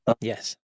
Yes